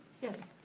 yes,